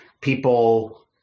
people